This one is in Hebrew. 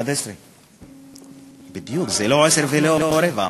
11. בדיוק, זה לא עשר ולא רבע.